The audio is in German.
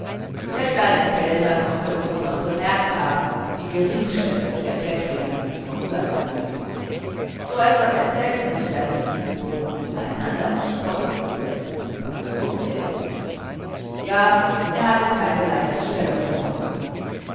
der kleine kellner konnte es wohl noch bemerkt haben wie geringschätzig herr pfäffling an ihm vorübergegangen war so etwas erzählten sich dann die dienstboten untereinander und spotteten über ihn das wußte er wohl ja er hatte keine leichte stellung im haus